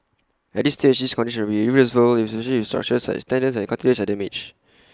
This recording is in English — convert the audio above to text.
at this stage the contrary may resort especially if structures such as tendons and cartilage are damaged